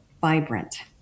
vibrant